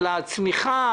על הצמיחה,